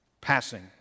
passing